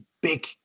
big